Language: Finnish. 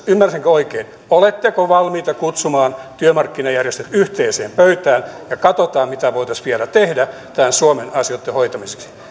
ymmärsinkö oikein oletteko valmiita kutsumaan työmarkkinajärjestöt yhteiseen pöytään niin että katsotaan mitä voitaisiin vielä tehdä näiden suomen asioitten hoitamiseksi